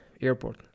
airport